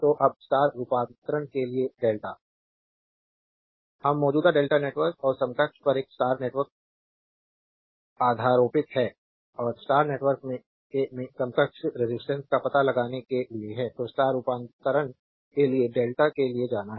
तो अब स्टार रूपांतरण के लिए डेल्टा स्लाइड समय देखें 0a28 हम मौजूदा डेल्टा नेटवर्क और समकक्ष पर एक स्टार नेटवर्क अधिरोपित है और स्टार नेटवर्क में समकक्ष रेजिस्टेंस का पता लगाने के लिए है तो स्टार रूपांतरण के लिए डेल्टा के लिए जाना है